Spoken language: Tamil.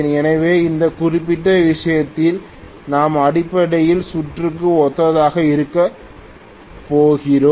எனவே இந்த குறிப்பிட்ட விஷயத்திலும் நாம் அடிப்படையில் சுற்றுக்கு ஒத்ததாக இருக்கப் போகிறோம்